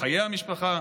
חיי המשפחה,